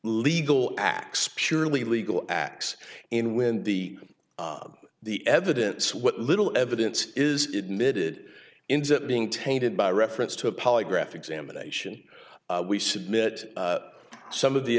legal acts purely legal acts in when the the evidence what little evidence is admitted into being tainted by reference to a polygraph examination we submit some of the